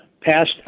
passed